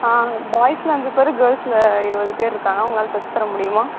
ஆ பாய்ஸில் அஞ்சு பேர் கேர்ல்ஸில் இருபது பேர் இருக்காங்க உங்களால் தச்சித் தர முடியுமா